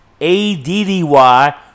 A-D-D-Y